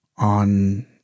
On